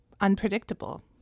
unpredictable